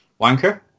Wanker